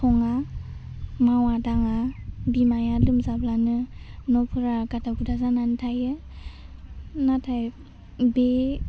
सङा मावा दाङा बिमाया लोमजाब्लानो न'फोरा गादा गुदा जानानै थायो नाथाइ बे